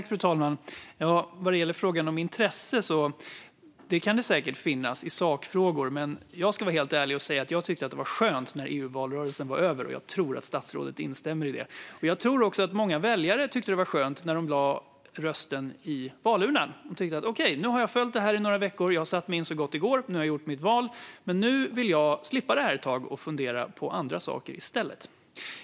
Fru talman! Vad gäller frågan om intresse kan det säkert finnas det i sakfrågor. Men jag ska vara helt ärlig och säga att jag tyckte att det var skönt när EU-valrörelsen var över, och jag tror att statsrådet instämmer i det. Jag tror också att många väljare tyckte att det var skönt när de lade rösten i valurnan. Okej, nu har jag följt det här i några veckor. Jag har satt mig in så gott det går. Nu har jag gjort mitt val. Nu vill jag slippa det här ett tag och fundera på andra saker i stället.